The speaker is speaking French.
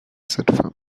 cette